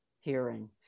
hearing